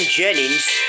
Jennings